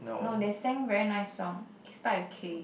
no they sang very nice song start with K